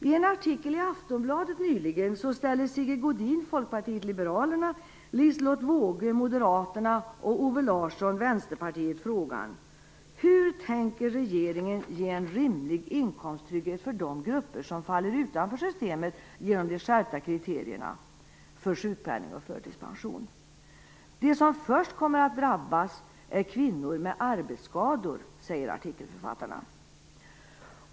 I en artikel i Aftonbladet nyligen ställer Sigge Godin, Folkpartiet liberalerna, Liselott Wågö, Moderaterna och Owe Larsson, Vänsterpartiet, frågan: "Hur tänker regeringen ge en rimlig inkomsttrygghet för de grupper som faller utanför systemet genom de skärpta kriterierna för sjukpenning och förtidspension? De som först kommer att drabbas är kvinnor med arbetsskador" säger artikelförfattarna.